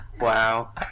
Wow